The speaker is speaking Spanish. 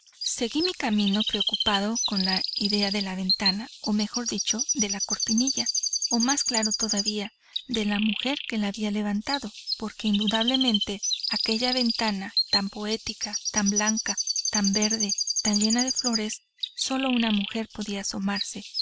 seguí mi camino preocupado con la idea de la ventana o mejor dicho de la cortinilla o más claro todavía de la mujer que la había levantado porque indudablemente a aquella ventana tan poética tan blanca tan verde tan llena de flores sólo una mujer podía asomarse